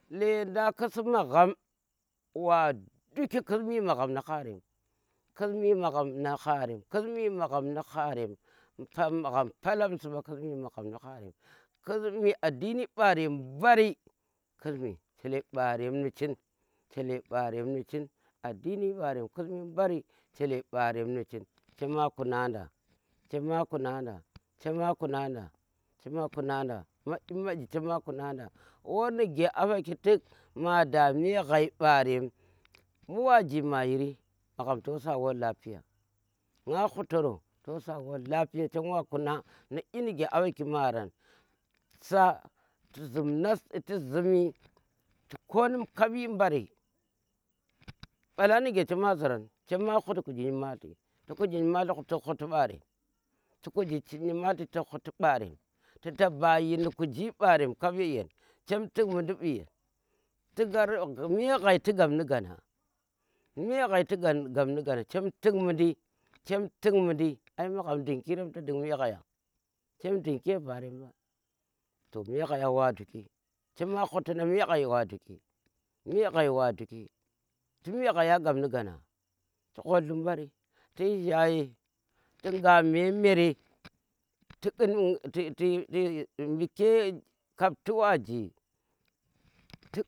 Lendang kisi maghom wa duki, khus mi magham nu harem, khus mi magham ndi harem, kus mi magham ndi harem magham palam si mba khus mi magham ndi harem, kisi mi addini ɓarem mbari, kisi mi chele ɓarem ni chin, chele barem ni chin addini mbarem kisi mi chele mbare chema kuna da, chema kuna da, chema kunada chema kuna da maƙi maƙi, chema kuna da war nige a ɓoki tik ma da me ghai ɓarem, mbu wa ji ma yiri magham toh sa war lafiye. nga ghutoro to sa war lapiya chem wa kuna ni inige a ɓa ma maran sa koh nim kap yhi mbari, ɓolar nige chema ziran chema, khut kuji nyimalti, ti kuji nyimolti tik khuti ɓorem, tu kuji tik khuti mbare ti taba yin kuji ku mbarem kap ye yeng chem tik mundi ɓu yen ti me ghai ti gap ni gana, me ghai ti gap ni gana chem tik mundi. chem tik mundi ai magham ding ki rem ti ding me ghayan chem dinki ye varem mba to me ghaiyan wa duki chema khuti nda me ghai wa duki me ghai wa duki me ghai wa duki ti me ghai aa gap ni gana ghwat dumbari tiyi jhaye tu ngha me mere tu khun tu tu mbu ke kapti wa ji.